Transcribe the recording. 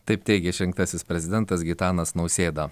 taip teigė išrinktasis prezidentas gitanas nausėda